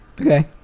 Okay